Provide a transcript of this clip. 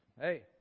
hey